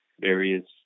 various